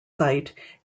site